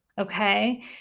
okay